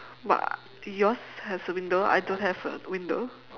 but yours has a window I don't have a window